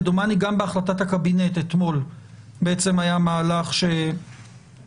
ודומני גם בהחלטת הקבינט אתמול בעצם היה מהלך שיצר